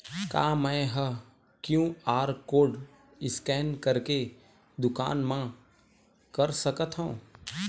का मैं ह क्यू.आर कोड स्कैन करके दुकान मा कर सकथव?